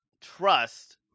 trust